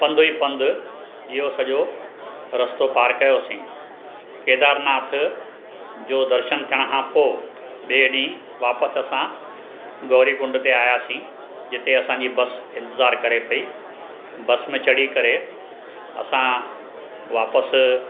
पंधु ई पंधु इहो सॼो रस्तो पार कयोसीं केदारनाथ जो दर्शनु थियण खां पोइ ॿिए ॾींहुं वापसि असां गौरी कुंड ते आयासीं जिते असांजी बसि इंतिज़ार करे पेई बसि में चढ़ी करे असां वापसि